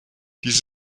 dies